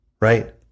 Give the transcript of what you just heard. right